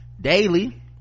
daily